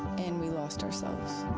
and we lost ourselves.